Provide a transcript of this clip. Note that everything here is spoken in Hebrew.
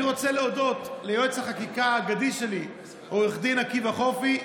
אני רוצה להודות ליועץ החקיקה האגדי שלי עו"ד עקיבא חופי,